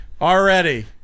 already